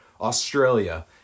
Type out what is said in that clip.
Australia